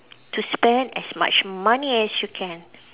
to spend as much money as you can